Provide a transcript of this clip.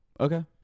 Okay